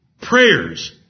prayers